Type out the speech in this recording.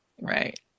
right